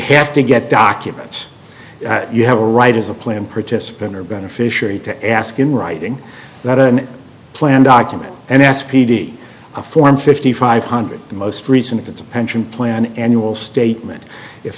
have to get documents you have a right as a planned participant or beneficiary to ask in writing that and plan document and s p d a form fifty five hundred the most recent if it's a pension plan annual statement if